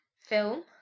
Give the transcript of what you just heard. film